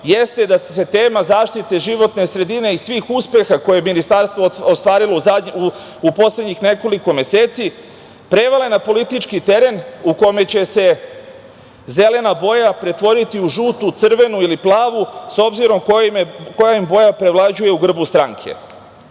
jeste da se tema zaštite životne sredine i svih uspeha koje ministarstvo ostvarilo u poslednjih nekoliko meseci prevale na politički teren u kome će se zelena boja pretvoriti u žutu, crvenu ili planu s obzirom koja im boja prevlađuje u grbu stranke. Nijednom